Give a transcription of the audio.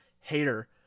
hater